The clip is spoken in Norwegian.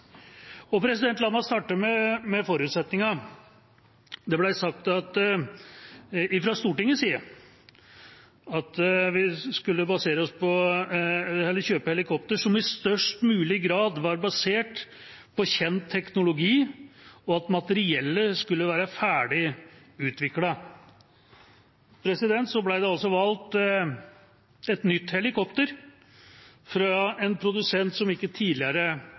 La meg starte med forutsetningen. Det ble sagt fra Stortingets side at vi skulle kjøpe helikoptre som i størst mulig grad var basert på kjent teknologi, og at materiellet skulle være ferdig utviklet. Så ble det altså valgt et nytt helikopter fra en produsent som ikke tidligere